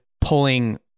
pulling